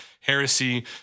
heresy